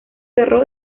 cerró